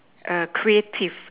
err creative